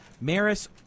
Maris